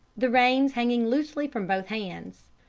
the reins hanging loosely from both hands.